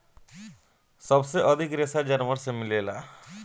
सबसे अधिक रेशा जानवर से मिलेला